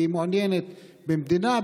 היא מעוניינת במדינה,